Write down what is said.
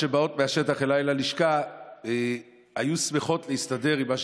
אנחנו עוברים לסעיף הבא על סדר-היום,